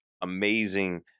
amazing